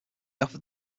offered